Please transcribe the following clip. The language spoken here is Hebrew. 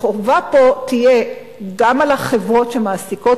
החובה פה תהיה גם על החברות שמעסיקות